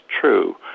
true